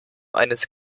eines